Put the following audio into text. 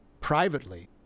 privately